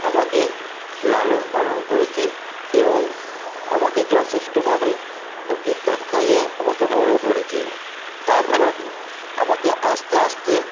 আমাকে লালনপালন করেছে এবং আমাকে যথেষ্টভাবে বুকের দুধ খাইয়ে আমাকে বড় করেছে তারপর আমাকে আস্তে আস্তে